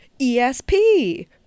ESP